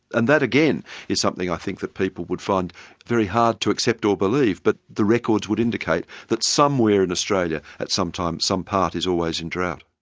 and that again is something i think that people would find very hard to accept of believe, but the records would indicate that somewhere in australia at some time, some part is always in drought.